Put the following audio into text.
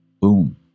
boom